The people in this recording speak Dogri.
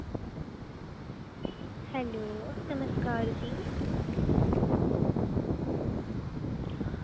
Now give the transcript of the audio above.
हैलो नमस्कार जी